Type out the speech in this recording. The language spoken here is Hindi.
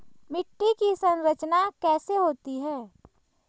मिट्टी की संरचना कैसे होती है?